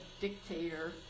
dictator